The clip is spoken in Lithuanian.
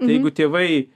jeigu tėvai